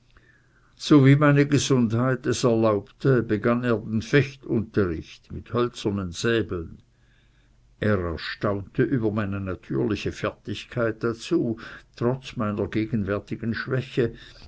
so wie meine gesundheit es erlaubte begann er den fechtunterricht mit hölzernen säbeln er erstaunte über meine natürliche fertigkeit dazu trotz meiner gegenwärtigen schwäche